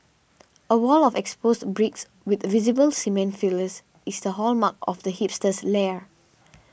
a wall of exposed bricks with visible cement fillers is the hallmark of the hipster's lair